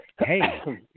hey